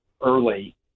early